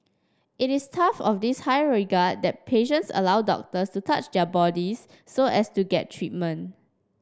it is tough of this high regard that patients allow doctors to touch their bodies so as to get treatment